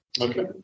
Okay